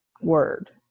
word